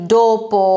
dopo